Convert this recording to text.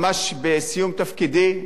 ממש בסיום תפקידי,